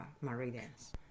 meridians